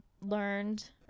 learned